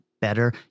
better